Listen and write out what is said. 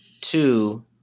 Two